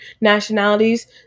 nationalities